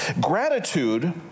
Gratitude